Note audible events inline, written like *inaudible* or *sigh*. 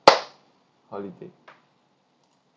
*noise* holiday